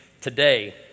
today